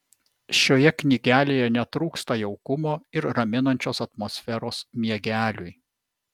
šioje knygelėje netrūksta jaukumo ir raminančios atmosferos miegeliui